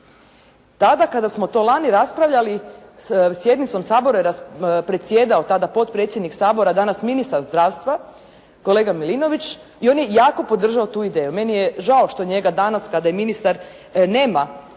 Tada kada smo to lani raspravljali sjednicom Sabora je predsjedao tada potpredsjednik Sabora, danas ministar zdravstva kolega Milinović i on je jako podržao tu ideju. Meni je žao što njega danas, kada je ministar nema